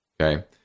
Okay